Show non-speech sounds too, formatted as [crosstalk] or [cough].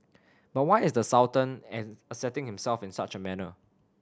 but why is the Sultan [unintelligible] asserting himself in such a manner